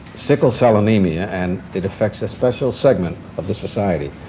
sickle cell anemia. and it affects a special segment of the society.